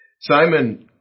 Simon